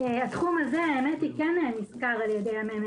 התחום הזה כן נסקר על ידי מרכז המחקר